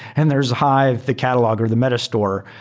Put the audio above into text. and there's a hive the catalog or the meta-store,